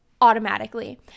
automatically